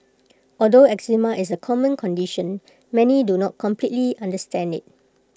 although eczema is A common condition many do not completely understand IT